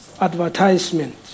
advertisement